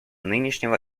нынешнего